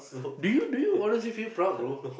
do you do you honestly feel proud bro